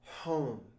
home